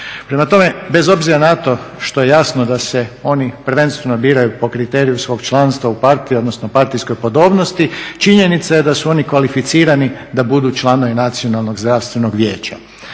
Prema tome, bez obzira na to što je jasno da se oni prvenstveno biraju po kriteriju svog članstva u partiji odnosno partijskoj podobnosti činjenica je da su oni kvalificirani da budu članovi Nacionalnog zdravstvenog vijeća.